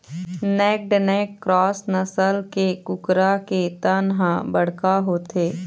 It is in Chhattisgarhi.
नैक्ड नैक क्रॉस नसल के कुकरा के तन ह बड़का होथे